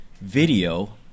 video